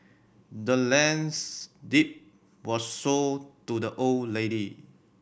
the land's deed was sold to the old lady